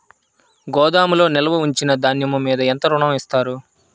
గోదాములో నిల్వ ఉంచిన ధాన్యము మీద ఎంత ఋణం ఇస్తారు?